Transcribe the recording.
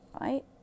right